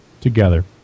together